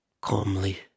Calmly